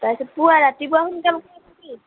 তাৰপিছত পুৱা ৰাতিপুৱা সোনকাল